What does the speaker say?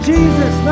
Jesus